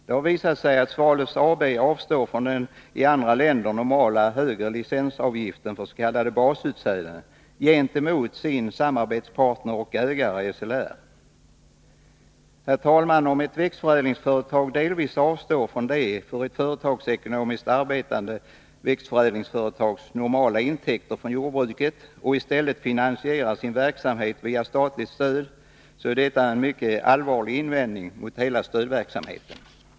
Det har visat sig att Svalöf AB avstår från den i andra länder normala högre licensavgiften för s.k. basutsäden gentemot sin samarbetspartner och ägare — SLR. Herr talman! Om ett växtförädlingsföretag delvis avstår från de för ett företagsekonomiskt arbetande växtförädlingsföretag normala intäkterna från jordbruket och i stället finansierar sin verksamhet via statligt stöd, så är detta en mycket allvarlig invändning mot hela stödverksamheten.